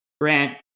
Grant